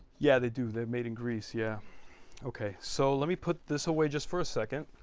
yeah they do. they're made in greece yeah okay so let me put this away just for a second